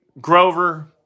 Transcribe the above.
Grover